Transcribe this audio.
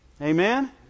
Amen